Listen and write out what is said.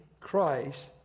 Christ